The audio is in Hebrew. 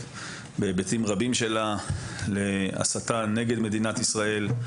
בהיבטים רבים שלה להסתה נגד מדינת ישראל.